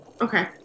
Okay